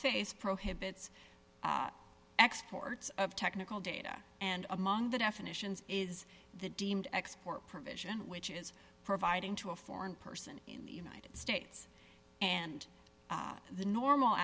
face prohibits exports of technical data and among the definitions is the deemed export provision which is providing to a foreign person in the united states and the normal